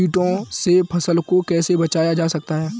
कीटों से फसल को कैसे बचाया जा सकता है?